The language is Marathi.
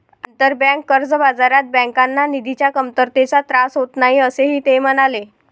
आंतरबँक कर्ज बाजारात बँकांना निधीच्या कमतरतेचा त्रास होत नाही, असेही ते म्हणाले